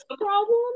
problem